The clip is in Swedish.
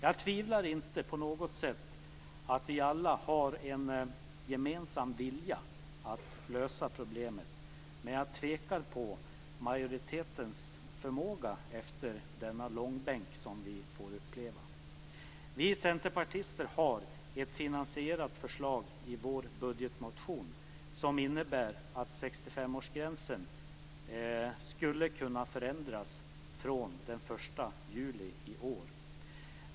Jag tvivlar inte på något sätt på att vi alla har en gemensam vilja att lösa problemet, men jag tvivlar på majoritetens förmåga med tanke på den långbänk vi nu får uppleva. Vi centerpartister har ett finansierat förslag i vår budgetmotion som innebär att 65-årsgränsen skulle kunna förändras från den 1 juli i år.